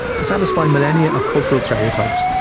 to satisfy millennia of cultural stereotype,